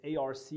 ARC